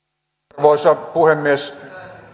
arvoisa puhemies